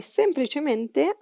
semplicemente